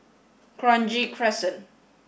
Kranji Crescent